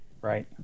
Right